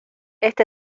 este